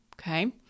Okay